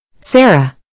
Sarah